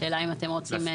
השאלה היא אם אתם רוצים?